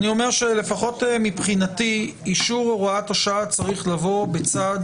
שלפחות מבחינתי אישור הוראת השעה צריך לבוא בצד